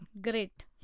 Great